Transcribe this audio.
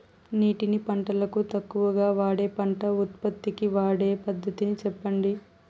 నీటిని పంటలకు తక్కువగా వాడే పంట ఉత్పత్తికి వాడే పద్ధతిని సెప్పండి?